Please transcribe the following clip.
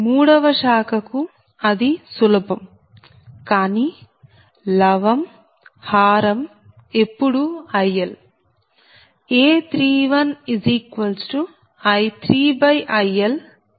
3 వ శాఖ కు అది సులభం కానీ లవం హారం ఎప్పుడు IL